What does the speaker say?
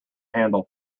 handle